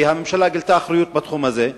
והממשלה גילתה אחריות בתחום הזה.